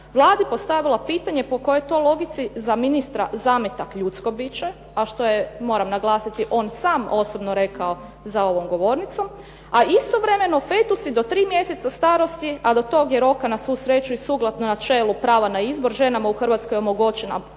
Vladi postavila pitanje po kojoj je to logici za ministra zametak ljudsko biće, a što je moram naglasiti on sam osobno rekao za ovom govornicom, a istovmreno fetusi do 3 mjeseca starosti, a do tog je roka na svu sreću i sukladno načelu prava na izbor ženama u Hrvatskoj omogućen abortus.